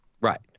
right